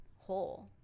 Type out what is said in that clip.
whole